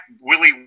Willie